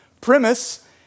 premise